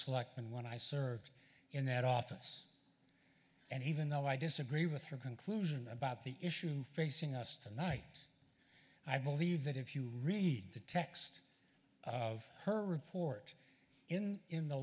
and when i served in that office and even though i disagree with her conclusion about the issues facing us tonight i believe that if you read the text of her report in the in the